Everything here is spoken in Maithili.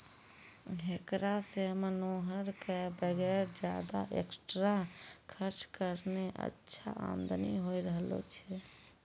हेकरा सॅ मनोहर कॅ वगैर ज्यादा एक्स्ट्रा खर्च करनॅ अच्छा आमदनी होय रहलो छै